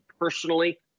personally